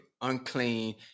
unclean